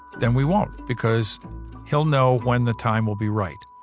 then we won't because he'll know when the time will be right